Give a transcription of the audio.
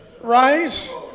right